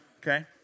Okay